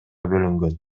бөлүнгөн